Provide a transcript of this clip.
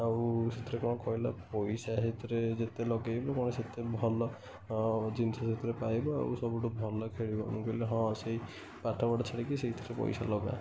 ଆଉ ସେଥିରେ କ'ଣ କହିଲା ପଇସା ହେଥିରେ ଯେତେ ଲଗାଇବ କ'ଣ ସେତେ ଭଲ ଜିନିଷ ସେଥିରେ ପାଇବ ଆଉ ସବୁଠୁ ଭଲ ଖେଳିବ ମୁଁ କହିଲି ହଁ ସେହି ପାଠ ପାଠ ଛାଡ଼ିକି ସେଇଥିରେ ପଇସା ଲଗା